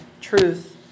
truth